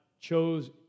chose